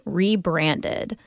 rebranded